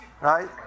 Right